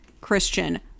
Christian